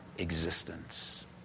Existence